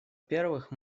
первых